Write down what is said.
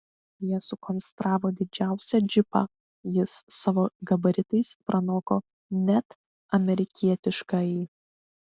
jie sukonstravo didžiausią džipą jis savo gabaritais pranoko net amerikietiškąjį